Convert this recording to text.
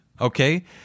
Okay